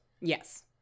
Yes